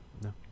No